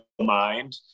mind